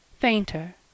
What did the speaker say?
fainter